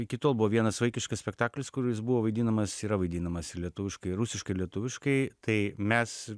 iki tol buvo vienas vaikiškas spektaklis kuris buvo vaidinamas yra vaidinamas lietuviškai rusiškai lietuviškai tai mes